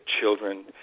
children